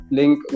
link